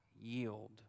yield